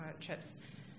trips